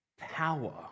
Power